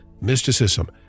mysticism